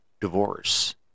divorce